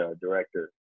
director